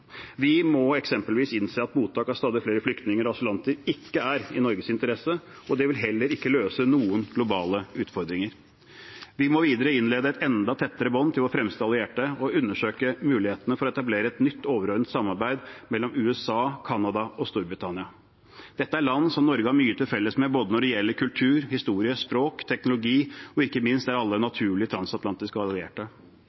Vi må eksempelvis innse at mottak av stadig flere flyktninger og asylanter ikke er i Norges interesse, og det vil heller ikke løse noen globale utfordringer. Vi må videre innlede et enda tettere bånd til våre fremste allierte og undersøke mulighetene for å etablere et nytt og overordnet samarbeid mellom USA, Canada og Storbritannia. Dette er land som Norge har mye til felles med både når det gjelder kultur, historie, språk og teknologi, og ikke minst er alle